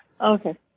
Okay